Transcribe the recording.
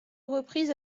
reprises